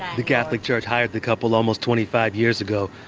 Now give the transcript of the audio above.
the catholic church hired the couple almost twenty five years ago.